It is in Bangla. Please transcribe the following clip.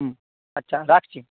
হুম আচ্ছা রাখছি